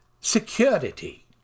Security